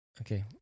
Okay